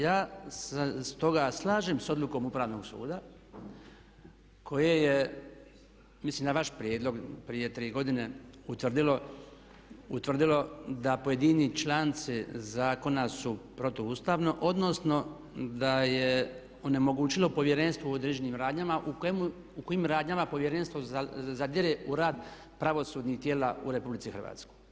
Ja se stoga slažem s odlukom Upravnog suda koje je mislim na vaš prijedlog prije 3 godine utvrdilo da pojedini članci zakona su protuustavni odnosno da je onemogućilo povjerenstvo u određenim radnjama u kojim radnjama povjerenstvo zadire u rad pravosudnih tijela u Republici Hrvatskoj.